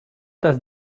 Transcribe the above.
does